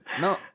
No